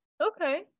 Okay